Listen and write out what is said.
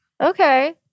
Okay